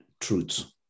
truths